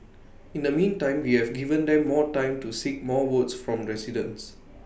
in the meantime we have given them more time to seek more votes from residents